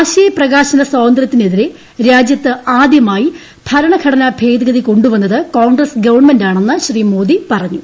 ആശയ പ്രകാശന സ്വാതന്ത്ര്യത്തിനെതിരെ രാജ്യത്ത് ആദ്യമായി ഭരണഘടന ഭ്ദേദ്രഗതി കൊണ്ടുവന്നത് കോൺഗ്രസ് ഗവൺമെന്റാണെന്ന് പശ്ചീ മോദി പറഞ്ഞു